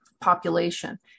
population